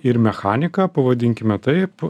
ir mechanika pavadinkime taip